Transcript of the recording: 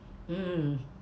mm